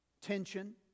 tension